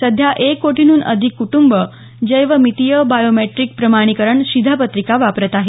सध्या एक कोटींहून अधिक कुटुंब जैवमीतीय बायोमेट्रिक प्रमाणीकरण शिधापत्रिका वापरत आहेत